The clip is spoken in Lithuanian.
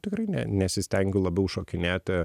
tikrai ne nesistengiu labiau šokinėti